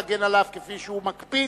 אני רוצה להגן עליו כפי שהוא מקפיד